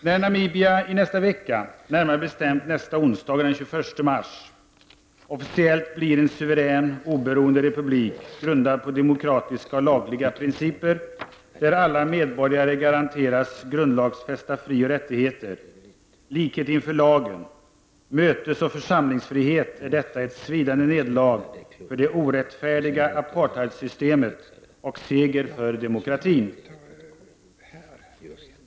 När Namibia i nästa vecka — närmare bestämt nästa onsdag, den 21 mars — officiellt blir en suverän, oberoende republik, grundad på demokratiska och lagliga principer, där alla medborgare garanteras grundlagsfästa frioch rättigheter, likhet inför lagen, mötesoch församlingsfrihet, är detta ett svidande nederlag för det orättfärdiga apartheidsystemet och seger för demokratin.